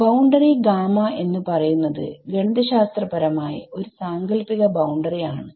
boundary gamma എന്ന് പറയുന്നത് ഗണിതശാസ്ത്രപരമായി ഒരു സങ്കല്പിക ബൌണ്ടറി ആണ്